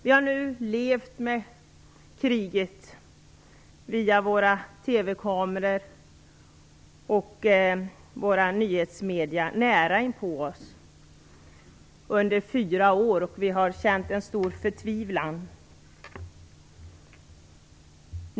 Vi har nu under fyra år via TV-kamerorna och nyhetsmedierna levt med kriget nära inpå oss och vi har känt stor förtvivlan.